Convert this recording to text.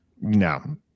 No